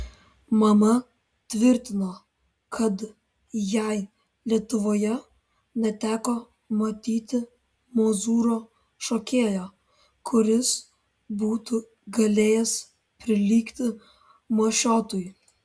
mama tvirtino kad jai lietuvoje neteko matyti mozūro šokėjo kuris būtų galėjęs prilygti mašiotui